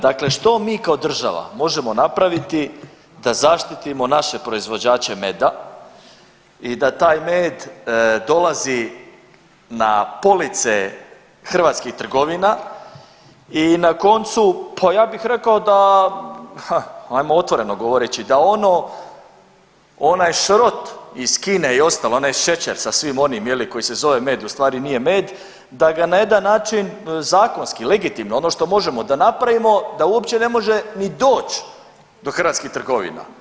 Dakle, što mi kao država možemo napraviti da zaštitimo naše proizvođače meda i da taj med dolazi na police hrvatskih trgovina i na koncu pa ja bih rekao, ha ajmo otvoreno govoreći, da ono, onaj šrot iz Kine i ostalo, onaj šećer sa svim onim koji se zove med u stvari nije med, da ga na jedan način zakonski legitimno, ono što možemo, da napravimo da uopće ne može ni doći do hrvatskih trgovina.